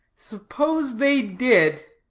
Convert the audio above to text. suppose they did?